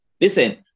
Listen